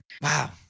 Wow